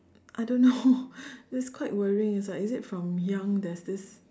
I don't know it's quite worrying it's like is it from young there's this